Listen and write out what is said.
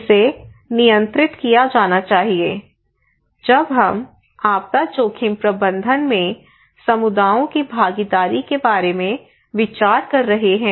इसे नियंत्रित किया जाना चाहिए जब हम आपदा जोखिम प्रबंधन में समुदायों की भागीदारी के बारे में विचार कर रहे हैं